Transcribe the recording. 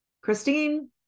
Christine